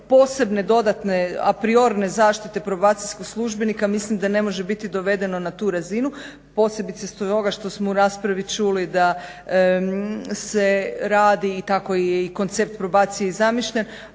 posebne dodatne apriorne zaštite probacijskog službenika mislim da ne može biti dovedeno na tu razinu posebice stoga i što smo u raspravi čuli da se radi, i tako je i koncept probacije i zamišljen,